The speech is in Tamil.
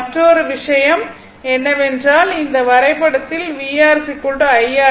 மற்றொரு விஷயம் என்னவென்றால் இந்த வரைபடத்தில் vR i R